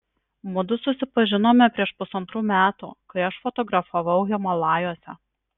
mudu susipažinome prieš pusantrų metų kai aš fotografavau himalajuose